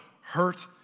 hurt